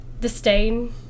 disdain